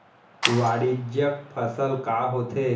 वाणिज्यिक फसल का होथे?